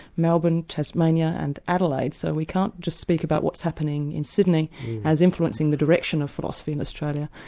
melbourne, tasmania and adelaide, so we can't just speak about what's happening in sydney as influencing the direction of philosophy in australia,